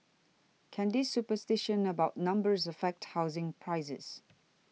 can this superstition about numbers affect housing prices